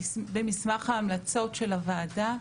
במסמך ההמלצות של הוועדה,